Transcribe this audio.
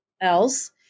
else